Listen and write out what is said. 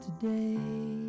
Today